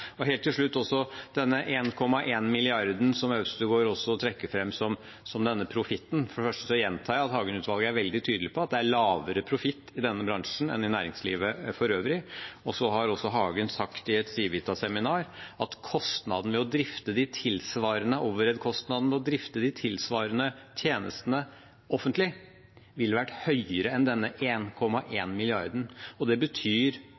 Helt til slutt: Øvstegård trekker fram profitten på 1,1 mrd. kr. For det første gjentar jeg at Hagen-utvalget er veldig tydelig på at det er lavere profitt i denne bransjen enn i næringslivet for øvrig. Hagen har også sagt i et Civita-seminar at «overhead»-kostnadene ved å drifte de tilsvarende tjenestene offentlig ville vært høyere enn 1,1 mrd. kr. Det betyr at de pengene ikke hadde blitt brukt i den spisse enden for å levere tjenesten, de hadde gått til «overhead»- og administrasjonskostnader på samme måte, så det